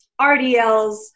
RDLs